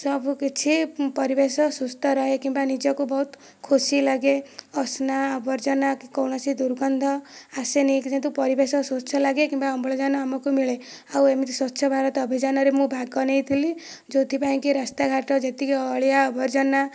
ସବୁ କିଛି ପରିବେଶ ସୁସ୍ଥ ରହେ କିମ୍ବା ନିଜକୁ ବହୁତ ଖୁସି ଲାଗେ ଅସନା ଆବର୍ଜନା କି କୌଣସି ଦୁର୍ଗନ୍ଧ ଆସେନି କିନ୍ତୁ ପରିବେଶ ସ୍ୱଚ୍ଛ ଲାଗେ କିମ୍ବା ଅମ୍ଳଜାନ ଆମକୁ ମିଳେ ଆଉ ଏମିତି ସ୍ୱଚ୍ଛ ଭାରତ ଅଭିଯାନରେ ମୁଁ ଭାଗ ନେଇଥିଲି ଯେଉଁଥିପାଇଁ କି ରାସ୍ତା ଘାଟ ଯେତିକି ଅଳିଆ ଆବର୍ଜନା